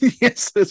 Yes